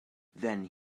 then